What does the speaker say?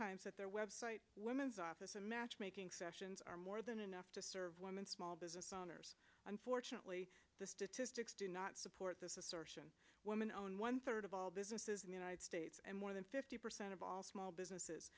times that their website women's office and matchmaking sessions are more than enough to serve women small business owners unfortunately the statistics do not support this assertion women owned one third of all businesses in the united states and more than fifty percent of all small businesses